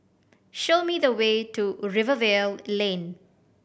show me the way to Rivervale Lane